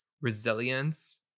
resilience